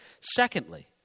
Secondly